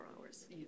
hours